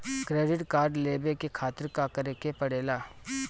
Credit card लेवे के खातिर का करेके पड़ेला?